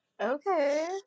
Okay